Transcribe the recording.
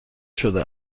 شده